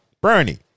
Bernie